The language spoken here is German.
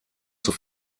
zur